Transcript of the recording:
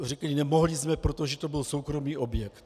Řekl: Nemohli jsme, protože to byl soukromý objekt.